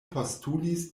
postulis